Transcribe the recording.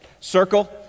circle